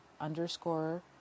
underscore